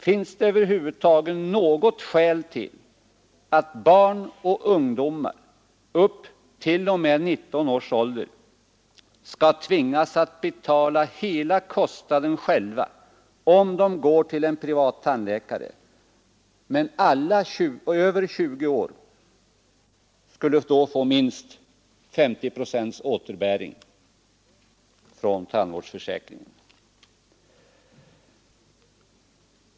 Finns det över huvud taget något skäl till att barn och ungdomar upp t.o.m. 19 års ålder skall tvingas betala hela kostnaden själva om de går till en privat tandläkare, medan alla över 20 år då skulle få minst 50 procents återbäring från tandvårdsförsäkringen?